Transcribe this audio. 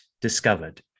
discovered